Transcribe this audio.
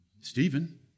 Stephen